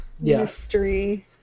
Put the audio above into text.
mystery